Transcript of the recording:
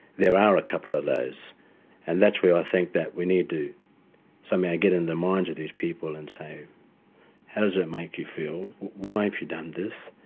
there are a couple of those and that's where i think that we need to somehow get in the minds of these people and say how does it make you feel, why have you done this,